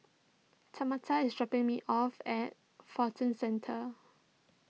Tamatha is dropping me off at Fortune Centre